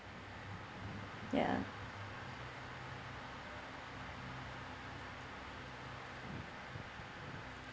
ya